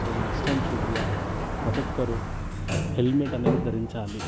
so must and శుడ్గా ప్రతీ ఒక్కరు హెల్మెట్ అనేది ధరించాలి